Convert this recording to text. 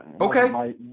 Okay